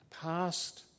past